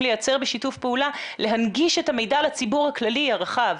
לייצר בשיתוף פעולה להנגיש את המידע לציבור הכללי הרחב,